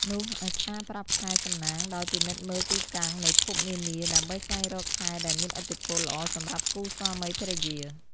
នោះអាចារ្យប្រាប់ខែសំណាងដោយ ពិនិត្យមើលទីតាំងនៃភពនានាដើម្បីស្វែងរកខែដែលមានឥទ្ធិពលល្អសម្រាប់គូស្វាមីភរិយា។